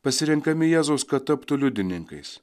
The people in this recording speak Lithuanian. pasirenkami jėzaus kad taptų liudininkais